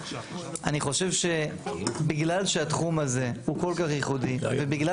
אני חושב שבגלל שהתחום הזה הוא כל כך ייחודי ובגלל